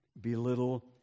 belittle